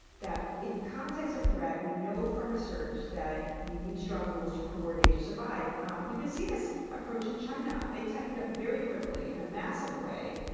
that in context of threat we know from research that we need strong rules to coordinate to survive um you can see this approach in china. they tightened up very quickly in a massive way.